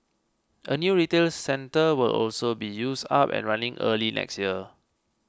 a new retails centre will also be used up and running early next year